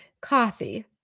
Coffee